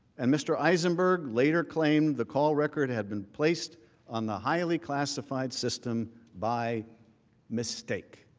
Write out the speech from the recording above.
and mr. eisenberg later claimed the call record had been placed on the highly classified system by mistake.